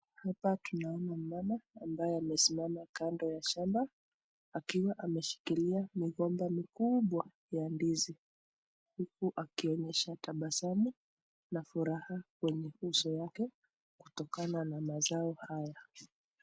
Hapa tunaona mmama ambaye ame simama kando ya shamba, akiwa ameshikilia migomba mikubwa ya ndizi, huku akionyesha tabasamu na furaha kwenye uso yake kutokana na mazao haya.